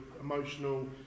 emotional